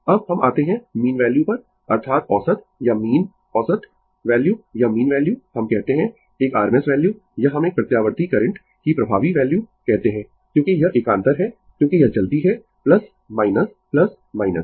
अब हम आते है मीन वैल्यू पर अर्थात औसत या मीन औसत वैल्यू या मीन वैल्यू हम कहते है एक RMS वैल्यू या हम एक प्रत्यावर्ती करंट की प्रभावी वैल्यू कहते है क्योंकि यह एकांतर है क्योंकि यह चलती है माइनस माइनस